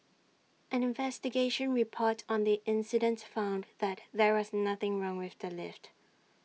an investigation report on the incident found that there was nothing wrong with the lift